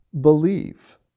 believe